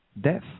death